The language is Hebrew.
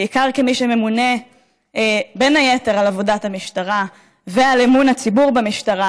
בעיקר כמי שממונה בין היתר על עבודת המשטרה ועל אמון הציבור במשטרה,